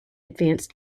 advanced